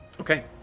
okay